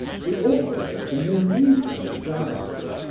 the author wrote in the negro dialect,